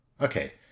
Okay